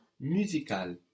Musical